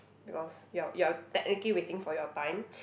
because you are you are technically waiting for your time